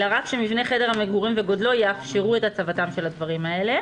אלא רק שמבנה חדר המגורים וגודלו יאפשרו את הצבתם של הדברים האלה.